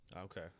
Okay